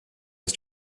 his